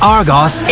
Argos